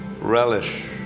Relish